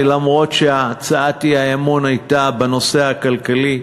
אף שהצעת האי-אמון הייתה בנושא הכלכלי,